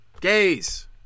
Gays